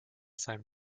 seinem